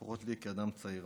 לפחות לי, כאדם צעיר.